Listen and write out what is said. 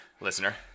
Listener